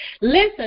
Listen